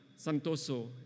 Santoso